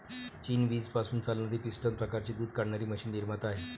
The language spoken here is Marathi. चीन वीज पासून चालणारी पिस्टन प्रकारची दूध काढणारी मशीन निर्माता आहे